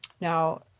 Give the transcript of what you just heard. Now